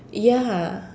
ya